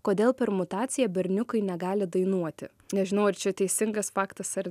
kodėl per mutaciją berniukai negali dainuoti nežinau ar čia teisingas faktas ar